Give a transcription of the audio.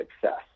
success